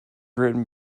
written